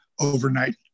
overnight